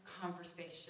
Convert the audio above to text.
conversation